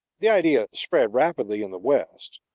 the idea spread, rapidly in the west,